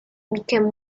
became